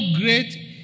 great